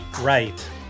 right